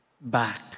back